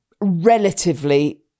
relatively